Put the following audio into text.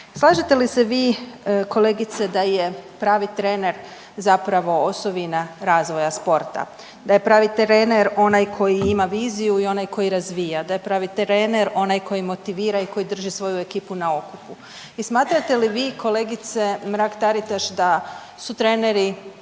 Slažete li se vi kolegice da je pravi trener zapravo osovina razvoja sporta, da je pravi trener onaj koji ima viziju i onaj koji razvija, da je pravi trener onaj koji motivira i koji drži svoju ekipu na okupu i smatrate li vi kolegice Mrak-Taritaš da su treneri